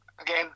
again